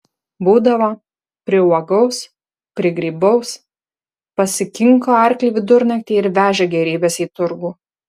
būdavo priuogaus prigrybaus pasikinko arklį vidurnaktį ir veža gėrybes į turgų